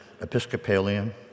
Episcopalian